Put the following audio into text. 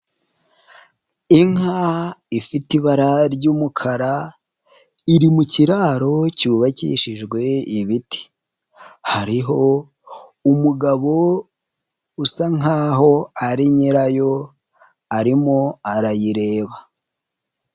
Inka ifite ibara ry'umukara iri mu kiraro cyubakishijwe ibiti, hariho umugabo usa nk'aho ari nyirayo arimo arayireba.